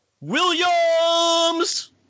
Williams